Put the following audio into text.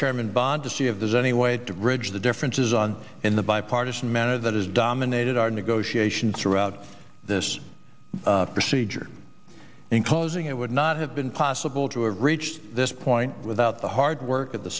chairman bond to see if there's any way to bridge the differences on in the bipartisan manner that has dominated our negotiations throughout this procedure in causing it would not have been possible to have reached this point without the hard work at the